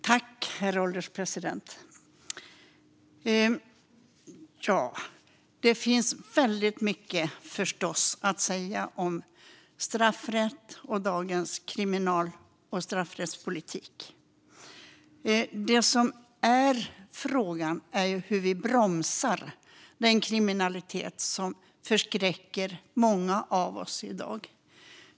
Herr ålderspresident! Det finns förstås mycket att säga om straffrätt och dagens kriminal och straffrättspolitik. Frågan är hur vi bromsar den kriminalitet som förskräcker många av oss i dag.